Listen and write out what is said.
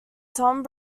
tom